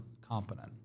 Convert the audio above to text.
competent